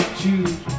choose